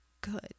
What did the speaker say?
good